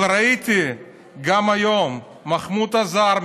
אבל ראיתי שגם היום מחמוד א-זהאר,